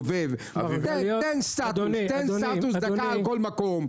דוב"ב; תן סטטוס על כל מקום.